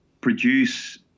produce